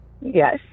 Yes